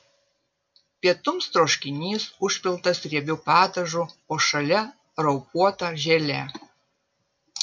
pietums troškinys užpiltas riebiu padažu o šalia raupuota želė